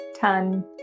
ton